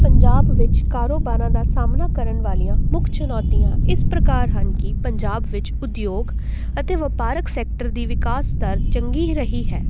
ਪੰਜਾਬ ਵਿੱਚ ਕਾਰੋਬਾਰਾਂ ਦਾ ਸਾਹਮਣਾ ਕਰਨ ਵਾਲੀਆਂ ਮੁੱਖ ਚੁਣੌਤੀਆਂ ਇਸ ਪ੍ਰਕਾਰ ਹਨ ਕਿ ਪੰਜਾਬ ਵਿੱਚ ਉਦਯੋਗ ਅਤੇ ਵਪਾਰਕ ਸੈਕਟਰ ਦੀ ਵਿਕਾਸ ਦਰ ਚੰਗੀ ਰਹੀ ਹੈ